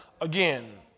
again